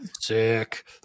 sick